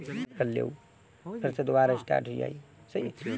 बांस कैसे भूमि पर उगते हैं?